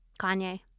Kanye